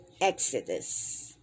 Exodus